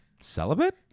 Celibate